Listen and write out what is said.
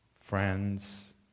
friends